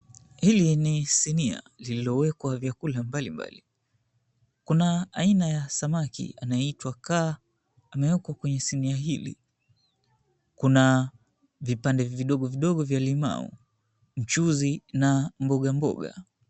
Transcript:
Hili ni sinia lililowekwa vyakula mbalimbali. Kuna aina ya samaki anayeitwa kaa amewekwa kwenye simu ya hili. Kuna vipande vidogovidogo vya limau, mchuzi na mboga mboga.